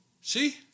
See